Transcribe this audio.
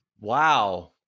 Wow